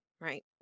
right